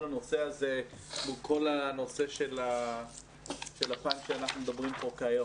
הנושא הזה מול הנושא של הפן שאנחנו מדברים פה כיום.